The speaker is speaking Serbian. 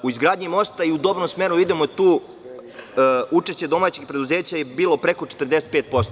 U izgradnji mosta i u dobrom smeru idemo, učešće domaćih preduzeća je bilo preko 45%